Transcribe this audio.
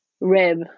rib